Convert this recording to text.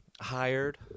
hired